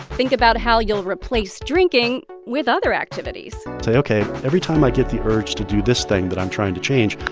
think about how you'll replace drinking with other activities say, ok, every time i get the urge to do this thing that i'm trying to change,